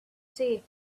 see